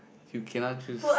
you cannot choose